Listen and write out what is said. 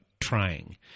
trying